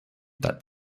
that